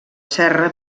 serra